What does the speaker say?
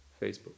Facebook